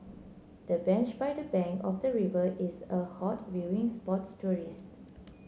the bench by the bank of the river is a hot viewing spots tourist